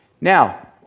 Now